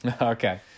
Okay